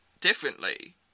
differently